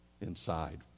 inside